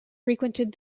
frequented